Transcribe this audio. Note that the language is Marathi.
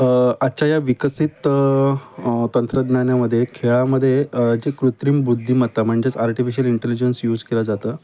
आजच्या या विकसित तंत्रज्ञानामदे खेळामदे जे कृत्रिम बुद्धिमत्ता म्हणजेच आर्टिफिशियल इंटेलिजन्स यूज केलं जातं